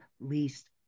least